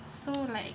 so like